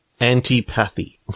Antipathy